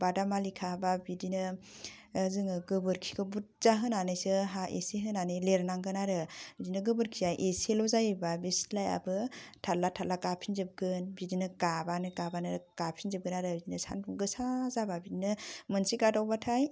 बादामालि खाबा बिदिनो आह जोङो गोबोरखिखौ बुरजा होनानैसो हा एसे होनानै लिरनांगोन आरो इदिनो गोबोरखिया एसेल' जायोबा बे सिथ्लायाबो थाल्ला थाल्ला गाफिनजोबगोन बिदिनो गाबानो गाबानो गाफिनजोबगोन आरो बिदिनो सान्दुं गोसा जाबा बिदिनो मोनसे गादावबाथाय